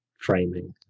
framing